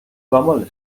camel